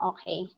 Okay